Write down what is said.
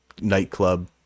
nightclub